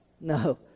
no